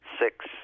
six